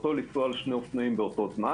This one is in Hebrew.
לעשותו לנסוע על שני אופנועים בו זמנית.